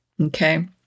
okay